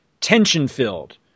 tension-filled